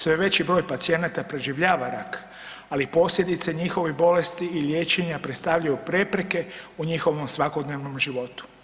Sve veći broj pacijenata preživljava rak, ali posljedice njihovih bolesti i liječenja predstavljaju prepreke u njihovom svakodnevnom životu.